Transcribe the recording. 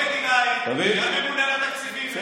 גם ממונה על התקציבים, בסדר,